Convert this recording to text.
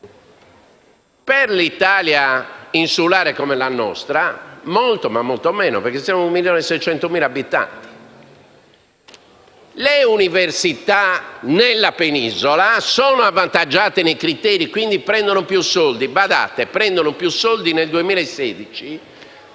per l'Italia insulare, la nostra, vale molto ma molto meno, perché siamo 1.600.000 abitanti. Le università nella penisola sono avvantaggiate nei criteri e, quindi, prendono più soldi.